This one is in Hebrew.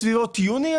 בסביבות יוני,